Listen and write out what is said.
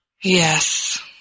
Yes